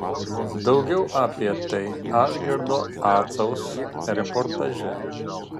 daugiau apie tai algirdo acaus reportaže